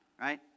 right